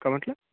का म्हटलं